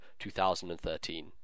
2013